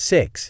Six